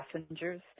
passengers